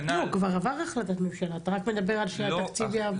כבר עבר החלטת ממשלה, אתה מדבר על התקציב שיעבור.